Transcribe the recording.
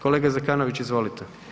Kolega Zekanović, izvolite.